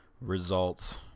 results